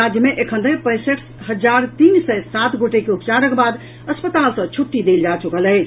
राज्य मे एखन धरि पैंसठ हजार तीन सय सात गोटे के उपचारक बाद अस्पताल सँ छुट्टी देल जा चुकल अछि